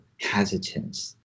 hesitance